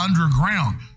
underground